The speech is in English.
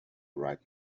right